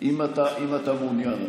אם אתה מעוניין.